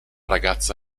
ragazza